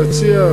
להציע,